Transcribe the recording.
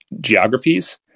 geographies